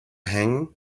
hanging